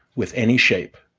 with any shape,